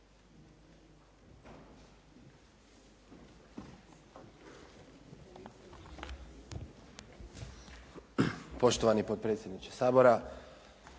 poštovani potpredsjedniče Sabora,